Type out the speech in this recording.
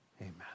amen